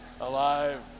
alive